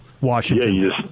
Washington